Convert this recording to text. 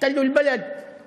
הרסו את הבית, כבשו את המקום.